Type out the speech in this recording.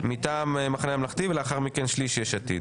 מטעם המחנה הממלכתי, ולאחר מכן שליש יש עתיד.